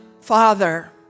Father